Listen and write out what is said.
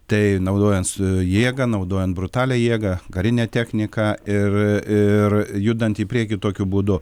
tai naudojant jėgą naudojant brutalią jėgą karinę techniką ir ir judant į priekį tokiu būdu